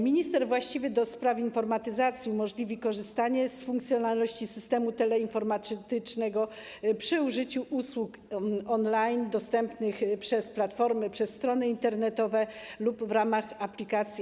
Minister właściwy do spraw informatyzacji umożliwi korzystanie z funkcjonalności systemu teleinformatycznego przy użyciu usług on-line dostępnych przez platformy, przez strony internetowe lub w ramach aplikacji